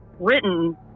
written